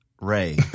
Ray